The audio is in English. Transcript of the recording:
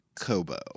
Kobo